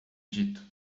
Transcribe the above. dito